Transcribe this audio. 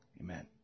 Amen